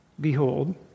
behold